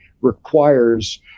requires